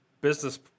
business